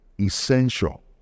essential